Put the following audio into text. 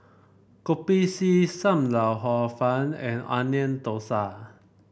Kopi C Sam Lau Hor Fun and Onion Thosai